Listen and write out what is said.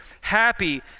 happy